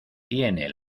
tiene